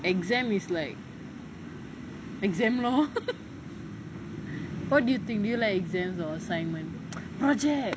exam is like exam lor what do you think do you like exam or assignments project